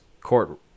court